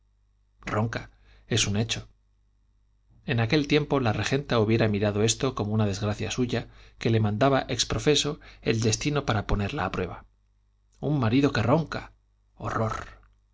ronca es un hecho en aquel tiempo la regenta hubiera mirado esto como una desgracia suya que le mandaba exprofeso el destino para ponerla a prueba un marido que ronca horror